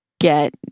get